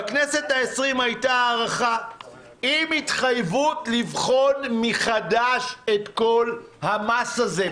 בכנסת ה-20 הייתה הארכה עם התחייבות לבחון מחדש את כל המס הזה,